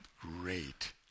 great